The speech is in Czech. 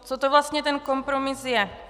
Co to vlastně ten kompromis je?